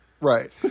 Right